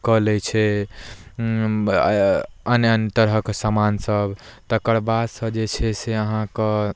कऽ लै छै अन्य अन्य तरहके सामानसभ तकर बादसँ जे छै से अहाँकेँ